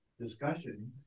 discussion